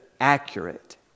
accurate